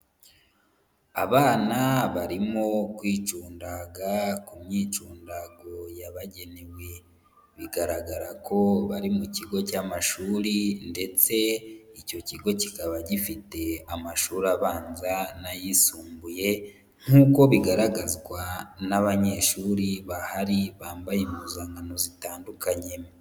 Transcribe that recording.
Abana barimo kwicundaga ku myicundago yabagenewe, bigaragara ko bari mu kigo cy'amashuri ndetse icyo kigo kikaba gifite amashuri abanza n'ayisumbuye nk'uko bigaragazwa n'abanyeshuri bahari bambaye impuzankano zitandukanye.